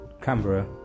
canberra